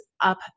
up